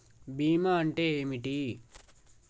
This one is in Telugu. బీమా అంటే ఏమిటి?